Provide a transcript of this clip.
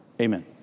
Amen